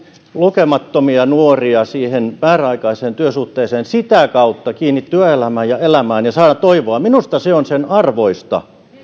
lukemattomia nuoria siihen määräaikaiseen työsuhteeseen sitä kautta kiinni työelämään ja elämään ja saamaan toivoa minusta se on sen arvoista